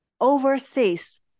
overseas